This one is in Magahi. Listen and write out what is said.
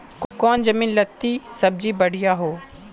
कौन जमीन लत्ती सब्जी बढ़िया हों?